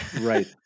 Right